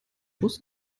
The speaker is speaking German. bus